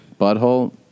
butthole